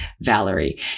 Valerie